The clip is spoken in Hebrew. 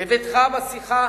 בביתך, בשיחה